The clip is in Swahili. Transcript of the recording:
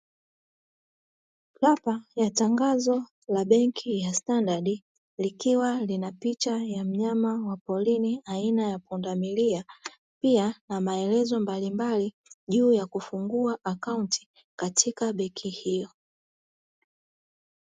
Lupa ya tangazo la benki ya “STANDARD” likiwa lina picha ya mnyama wa porini aina ya pundamilia, pia na maelezo mbalimbali juu ya kufungua akaunti katika benki hiyo.